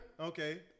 Okay